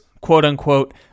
quote-unquote